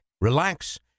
relax